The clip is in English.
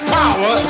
power